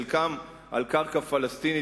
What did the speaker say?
חלקם על קרקע פלסטינית,